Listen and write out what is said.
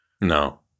No